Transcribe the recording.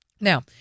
now